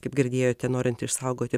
kaip girdėjote norint išsaugoti